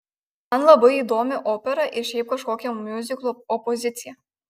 man labai įdomi opera ir šiaip kažkokia miuziklo opozicija